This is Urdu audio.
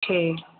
ٹھیک